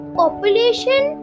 population